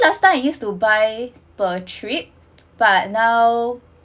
last time I used to buy per trip but now